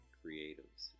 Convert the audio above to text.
creatives